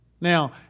Now